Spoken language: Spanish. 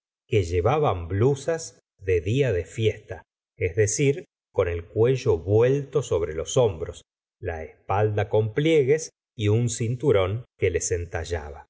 que llevaban blusas de día de fiesta es decir con el cuello vuelto sobre los hombros la espalda con pliegues y un cinturón que les